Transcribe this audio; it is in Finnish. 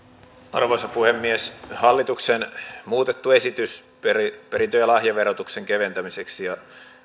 arvoisa puhemies hallituksen muutettu esitys perintö perintö ja lahjaverotuksen keventämiseksi ja